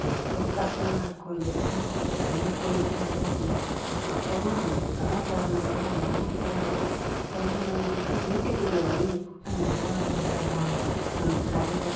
எவ்வளோ கஷ்டமா இருக்கும் எல்லாம் தினக்கூலிக்கு தான் வேலை செஞ்சிட்ருப்பாங்க அப்போவும் அந்த கலாச்சாரமுன்றது அந்த ஊர்த் திருவிழா கொண்டாடணுமென்று வீட்டுக்கு இவ்வளோ வரி போட்டு அந்த விழாவ கொண்டாடுவாங்க அந்த கலைகள்